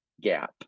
gap